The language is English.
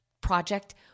project